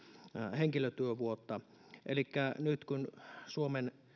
henkilötyövuotta tulee elikkä nyt kun suomen